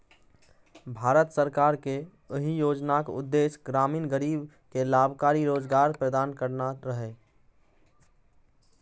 भारत सरकार के एहि योजनाक उद्देश्य ग्रामीण गरीब कें लाभकारी रोजगार प्रदान करना रहै